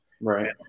Right